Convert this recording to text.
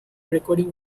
recording